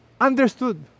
understood